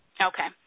Okay